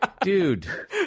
Dude